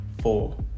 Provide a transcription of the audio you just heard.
four